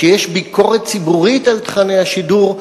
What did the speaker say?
שיש ביקורת ציבורית על תוכני השידור,